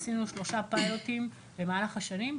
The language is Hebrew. עשינו שלושה פיילוטים במהלך השנים,